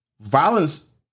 Violence